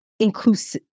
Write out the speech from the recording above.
Inclusive